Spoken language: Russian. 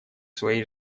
своей